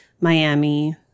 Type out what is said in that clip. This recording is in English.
Miami